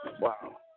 Wow